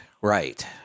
Right